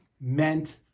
meant